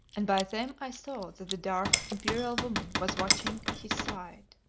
and by them i saw that the dark, imperial woman was watching at his side.